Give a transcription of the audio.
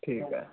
ठीक है